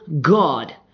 God